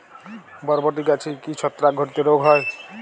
বরবটি গাছে কি ছত্রাক ঘটিত রোগ হয়?